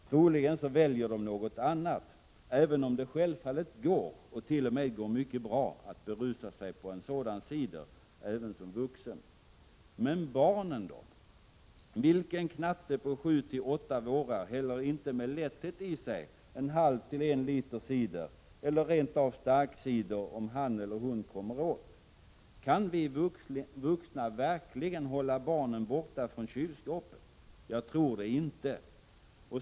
Troligen väljer de något annat, även om det självfallet går, och t.o.m. går mycket bra, att berusa sig på cider även för en vuxen. Men barnen då? Vilken knatte på sju till åtta vårar häller inte med lätthet i sig en halv till en liter cider eller rent av starkcider, om han eller hon kommer åt? Kan vi vuxna verkligen klara att hålla dem från kylskåpet? Jag tror det inte.